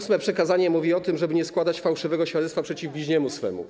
Ósme przykazanie mówi o tym, żeby nie składać fałszywego świadectwa przeciw bliźniemu swemu.